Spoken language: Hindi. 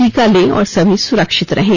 टीका लें और सभी सुरक्षित रहें